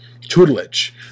tutelage